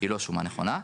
היא לא שומה נכונה.